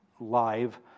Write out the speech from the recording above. live